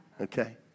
okay